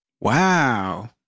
Wow